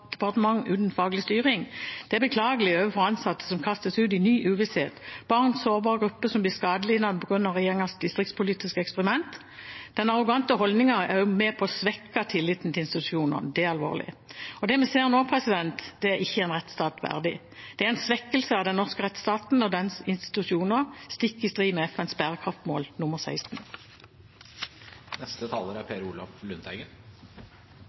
departement uten faglig styring, det er beklagelig overfor ansatte som kastes ut i ny uvisshet, og barn og sårbare grupper som blir skadelidende på grunn av regjeringens distriktspolitiske eksperiment. Den arrogante holdningen er også med på å svekke tilliten til institusjonene. Det er alvorlig. Det vi ser nå, er ikke en rettsstat verdig. Det er en svekkelse av den norske rettsstaten og dens institusjoner – stikk i strid med FNs bærekraftsmål nr. 16.